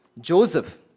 Joseph